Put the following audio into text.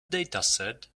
dataset